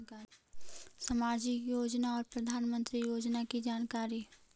समाजिक योजना और प्रधानमंत्री योजना की जानकारी?